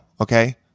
okay